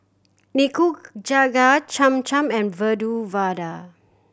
Nikujaga Cham Cham and Medu Vada